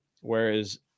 Whereas